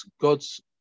god's